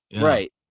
Right